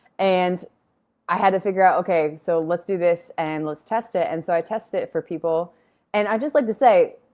and i had to figure out, okay, so let's do this and let's test it. and so i tested it for people and i'd just like to say,